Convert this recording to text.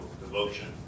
devotion